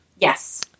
Yes